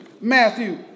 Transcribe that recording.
Matthew